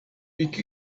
pick